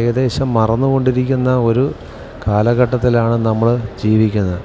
ഏകദേശം മറന്ന് കൊണ്ടിരിക്കുന്ന ഒരു കാലഘട്ടത്തിലാണ് നമ്മൾ ജീവിക്കുന്നത്